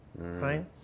right